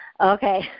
Okay